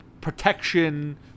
protection